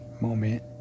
moment